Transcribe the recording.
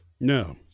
No